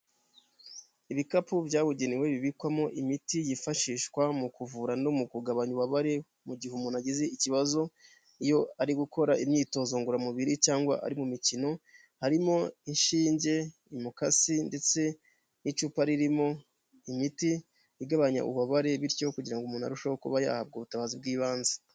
Ibikapu byabugenewe bibikwamo imiti yifashishwa mu kuvura no mu kugabanya ububabare mu gihe umuntu agize ikibazo iyo ari gukora imyitozo ngororamubiri cyangwa ari mu mikino harimo inshinge, imikasi ndetse n'icupa ririmo imiti igabanya ububabare bityo kugira ngo umuntu arusheho kuba yahabwa ubutabazi bw'ibanze.